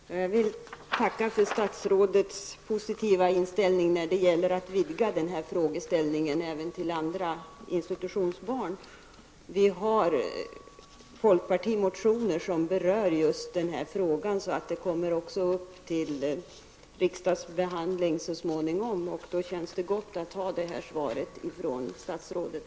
Herr talman! Jag vill tacka för statsrådets positiva inställning till att vidga denna fråga till att gälla även andra institutionsbarn. Frågan har också berörts i folkpartimotioner, som så småningom kommer upp till riksdagsbehandling. Det känns gott att inför denna ha fått det här beskedet från statsrådet.